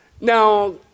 Now